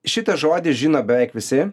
šitą žodį žino beveik visi